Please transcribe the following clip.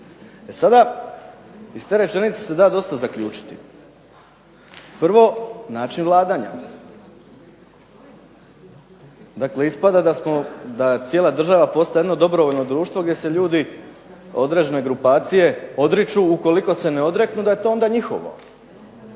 E sada, iz te rečenice se da dosta zaključiti. Prvo, način vladanja, dakle ispada da cijela država postaje jedno dobrovoljno društvo gdje se ljudi, određene grupacije odriču, ukoliko se ne odreknu da je to onda njihovo.